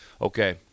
Okay